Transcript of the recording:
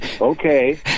Okay